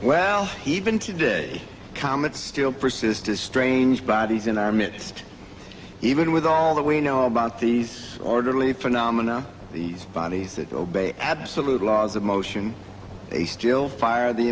well even today comet still persist as strange bodies in our midst even with all that we know about these orderly phenomena these bodies that obey absolute laws of motion they still fire the